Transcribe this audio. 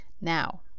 Now